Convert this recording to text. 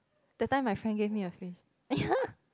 that time my friend gave me a fish